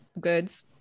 goods